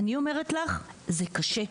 אני אומרת לך שזה קשה.